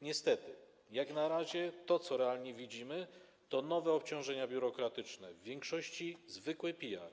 Niestety jak na razie to, co realnie widzimy, to nowe obciążenia biurokratyczne, w większości zwykły PR,